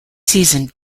season